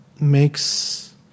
makes